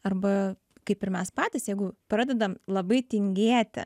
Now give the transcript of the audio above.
arba kaip ir mes patys jeigu pradedam labai tingėti